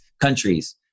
countries